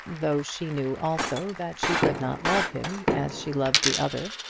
though she knew also that she could not love him as she loved the other.